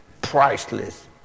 priceless